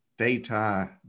data